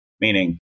meaning